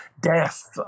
death